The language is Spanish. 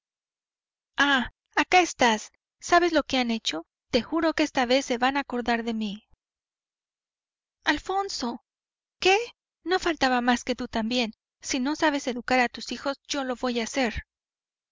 estás acá sabes lo que han hecho te juro que esta vez se van a acordar de mí alfonso qué no faltaba más que tú también si no sabes educar a tus hijos yo lo voy a hacer